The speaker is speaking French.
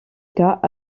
cas